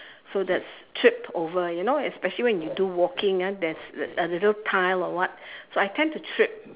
so that's tripped over you know especially when you do walking ah there's a little tile or what so I tend to trip